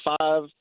five